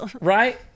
right